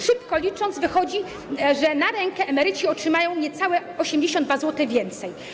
Szybko licząc, wychodzi, że na rękę emeryci otrzymają niecałe 82 zł więcej.